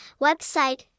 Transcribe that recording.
Website